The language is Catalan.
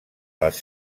les